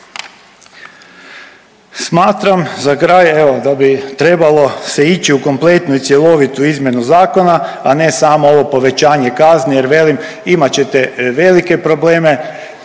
Smatram, za kraj, evo, da bi trebalo se ići u kompletnu i cjelovitu izmjenu zakona, a ne samo ovo povećanje kazni jer velim, imat ćete velike probleme